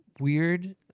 weird